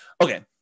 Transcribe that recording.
Okay